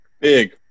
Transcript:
Big